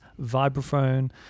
vibraphone